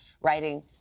writing